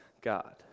God